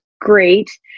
great